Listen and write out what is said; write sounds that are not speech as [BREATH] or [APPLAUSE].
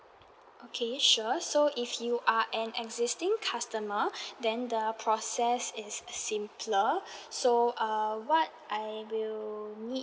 okay sure so if you are an existing customer [BREATH] then the process is simpler [BREATH] so uh what I will need